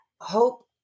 Hope